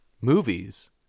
movies